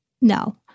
No